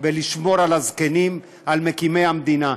ולשמור על הזקנים, על מקימי המדינה.